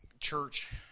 church